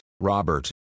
Robert